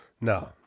No